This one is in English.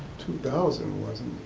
two thousand wasn't